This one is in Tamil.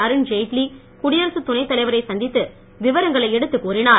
அருண் ஜெய்ட்லி குடியரசுத் துணைத்தலைவரை சந்தித்து விவரங்களை எடுத்துக் கூறினார்